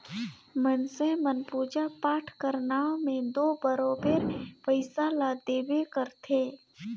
मइनसे मन पूजा पाठ कर नांव में दो बरोबेर पइसा ल देबे करथे